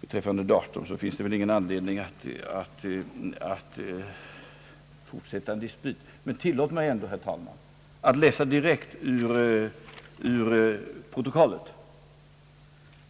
Beträffande datum finns det ingen anledning att fortsätta med en dispyt. Men låt mig, herr talman, läsa direkt ur protokollet: